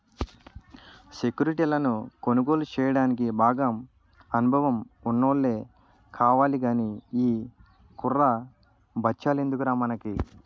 సెక్యురిటీలను కొనుగోలు చెయ్యడానికి బాగా అనుభవం ఉన్నోల్లే కావాలి గానీ ఈ కుర్ర బచ్చాలెందుకురా మనకి